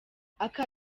aka